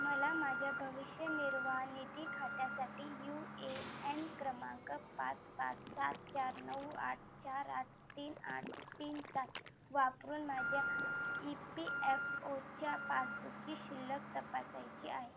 मला माझ्या भविष्य निर्वाह निधी खात्यासाठी यू ए एन क्रमांक पाच पाच सात चार नऊ आठ चार आठ तीन आठ तीन सात वापरून माझ्या ई पी एफ ओच्या पासबुकची शिल्लक तपासायची आहे